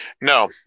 No